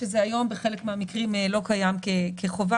שזה היום בחלק מהמקרים לא קיים כחובה,